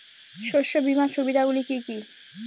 শস্য বীমার সুবিধা গুলি কি কি?